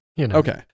Okay